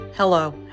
Hello